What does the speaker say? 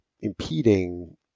impeding